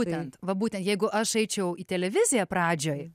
būtent va būtent jeigu aš eičiau į televiziją pradžioj